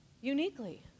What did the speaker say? uniquely